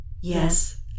Yes